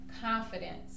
confidence